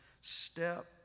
step